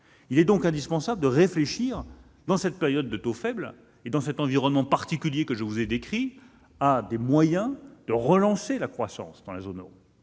Il est donc indispensable de réfléchir, en cette période de taux faible et dans l'environnement particulier que je vous ai décrit, à des moyens de relancer la croissance dans la zone euro.